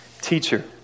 Teacher